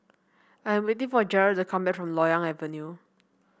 I am waiting for Jarrell to come back from Loyang Avenue